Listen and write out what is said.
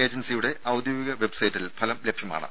ഏജൻസിയുടെ ഔദ്യോഗിക വെബ്സൈറ്റിൽ ഫലം ലഭ്യമാകും